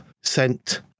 sent